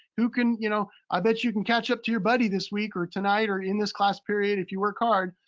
who can, you know, i bet you can catch up to your buddy this week or tonight or in this class period if you work hard.